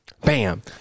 bam